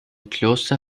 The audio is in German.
kloster